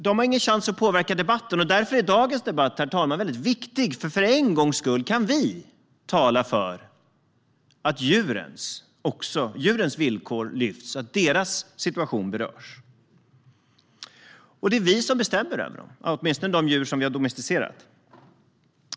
De har ingen chans att påverka debatten, och därför, herr talman, är dagens debatt mycket viktig, eftersom vi för en gångs skull kan tala för att djurens villkor lyfts, att deras situation berörs. Det är vi som bestämmer den, åtminstone för de djur som vi har domesticerat.